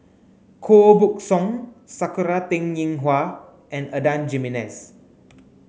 Koh Buck Song Sakura Teng Ying Hua and Adan Jimenez